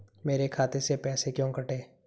मेरे खाते से पैसे क्यों कटे?